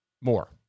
more